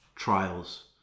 Trials